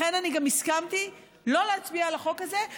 לכן גם הסכמתי לא להצביע על החוק הזה,